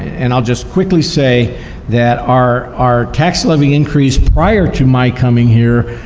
and i will just quickly say that our our tax levy increase prior to my coming here,